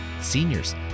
seniors